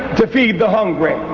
to feed the hungry,